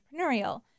entrepreneurial